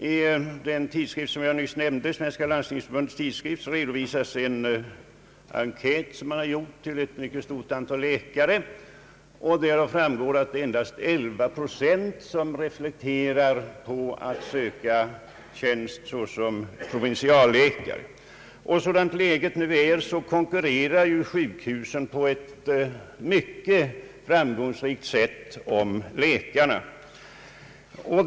I den tidskrift som jag nyss nämnde, Svenska landstingsförbundets tidskrift, redovisas en enkät bland ett mycket stort antal läkare. Därav framgår att endast 11 procent reflekterar på att söka tjänst som provinsialläkare. Sådant läget nu är konkurrerar sjukhusen på ett mycket framgångsrikt sätt om läkarna.